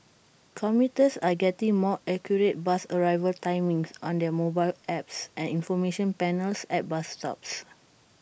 commuters are getting more accurate bus arrival timings on their mobile apps and information panels at bus stops